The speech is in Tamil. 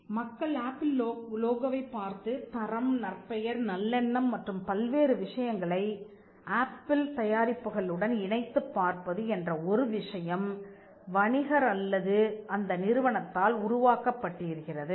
மக்கள் ஆப்பிள் லோகோவைப் பார்த்துத் தரம் நற்பெயர் நல்லெண்ணம் மற்றும் பல்வேறு விஷயங்களை ஆப்பிள் தயாரிப்புக்கள் உடன் இணைத்துப் பார்ப்பது என்ற ஒரு விஷயம் வணிகர் அல்லது அந்த நிறுவனத்தால் உருவாக்கப்பட்டிருக்கிறது